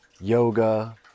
yoga